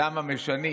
למה משנים?